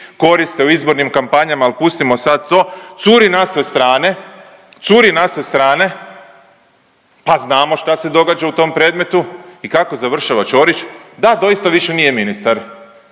koriste u izbornim kampanjama, al pustimo sad to, curi na sve strane, curi na sve strane, pa znamo šta se događa u tom predmetu i kako završava Ćorić, da doista više nije ministar,